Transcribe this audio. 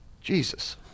Jesus